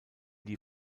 die